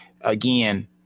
Again